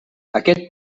aquest